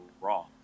raw